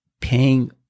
paying